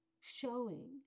showing